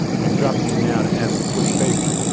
but i'm dropping in now to ask a quick favor.